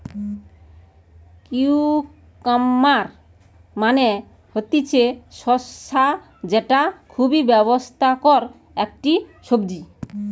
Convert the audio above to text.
cucumber মানে হতিছে শসা যেটা খুবই স্বাস্থ্যকর একটি সবজি